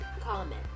Comment